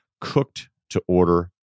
cooked-to-order